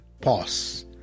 pause